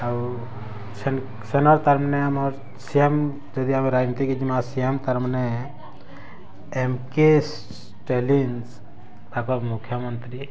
ଆଉ ସେନର୍ ତାର୍ ମାନେ ଆମର୍ ସି ଏମ୍ ଯଦି ଏମିତି କିଛି ସି ଏମ୍ ତାର୍ ମାନେ ଏମ୍ କେ ଷ୍ଟାଲିନ୍ ତାଙ୍କର୍ ମୁଖ୍ୟମନ୍ତ୍ରୀ